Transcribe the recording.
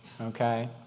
Okay